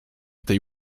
tej